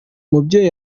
mubyeyi